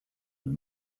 and